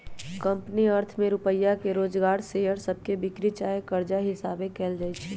company अर्थ में रुपइया के जोगार शेयर सभके बिक्री चाहे कर्जा हिशाबे कएल जाइ छइ